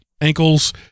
ankles